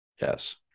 Yes